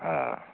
آ